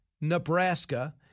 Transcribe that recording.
Nebraska